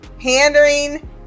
pandering